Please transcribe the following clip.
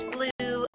Blue